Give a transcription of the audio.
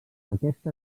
aquesta